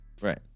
Right